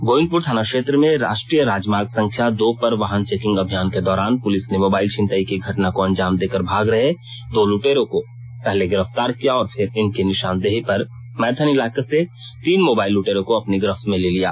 गोविंदपुर थाना क्षेत्र में राष्ट्रीय राजमार्ग संख्या दो पर वाहन चेकिंग अभियान के दौरान पुलिस ने मोबाइल छिनतई की घटना को अंजाम देकर भाग रहे दो लुटेरों को पहले गिरफ्तार किया और फिर इनकी निशानदेही पर मैथन इलाके से तीन मोबाइल लुटेरों को अपनी गिरफ्त में ले लिया